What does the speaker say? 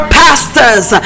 pastors